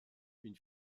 une